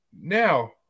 now